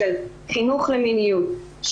של חינוך למיניות,